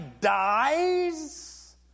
dies